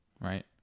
right